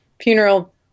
funeral